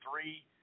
three